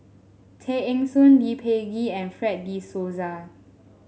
Tay Eng Soon Lee Peh Gee and Fred De Souza